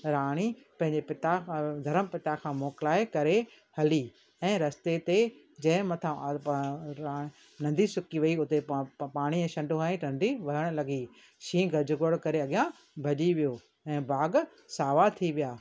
राणी पंहिंजे पिता धर्म पिता खां मोकिलाए करे हली ऐं रस्ते ते जंहिं मथां नदी सुकी वई हुते पाणीअ जो छंडो हयाईं नदी वहणु लॻी शींहु गजगोड़ करे अॻियां भॼी वियो ऐं बाग सावा थी विया